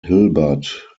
hilbert